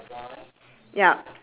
one two three four